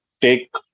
take